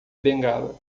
bengala